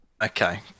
Okay